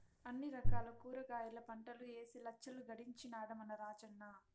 అన్ని రకాల కూరగాయల పంటలూ ఏసి లచ్చలు గడించినాడ మన రాజన్న